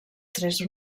tres